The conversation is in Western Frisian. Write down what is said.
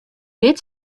dit